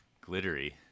Glittery